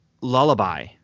lullaby